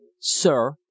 Sir